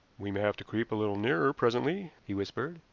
we may have to creep a little nearer presently, he whispered.